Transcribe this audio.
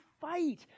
fight